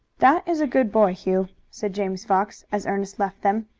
that is a good boy, hugh, said james fox, as ernest left them.